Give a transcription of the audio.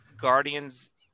Guardians